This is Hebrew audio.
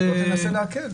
אז בוא תנסה להקל.